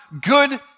good